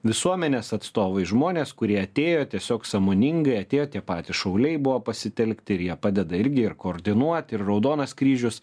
visuomenės atstovai žmonės kurie atėjo tiesiog sąmoningai atėjo tie patys šauliai buvo pasitelkti ir jie padeda irgi ir koordinuoti ir raudonas kryžius